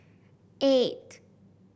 eight